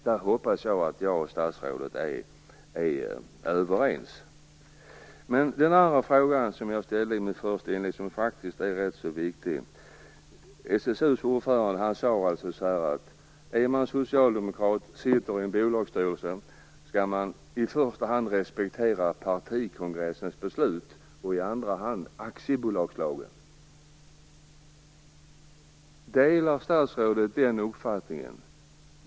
Där hoppas jag att jag och statsrådet är överens. Jag ställde en annan fråga i mitt första inlägg som faktiskt är rätt så viktig. SSU:s ordförande sade att man i första hand skall respektera partikongressens beslut och i andra hand aktiebolagslagen om man är socialdemokrat och sitter i en bolagsstyrelse. Delar statsrådet den uppfattningen?